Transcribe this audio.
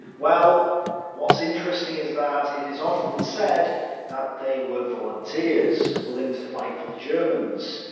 well what's interesting is that it is often said that they were volunteers willing to fight for the germans.